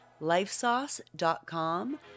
lifesauce.com